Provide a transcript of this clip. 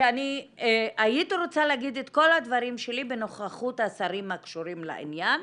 שאני הייתי רוצה להגיד את כל הדברים שלי בנוכחות השרים הקשורים לעניין.